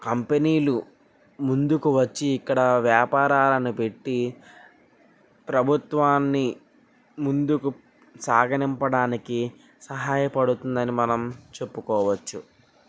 కంపెనీలు ముందుకు వచ్చి ఇక్కడ వ్యాపారాలను పెట్టి ప్రభుత్వాన్ని ముందుకు సాగనంపడానికి సహాయపడుతుందని మనం చెప్పుకోవచ్చు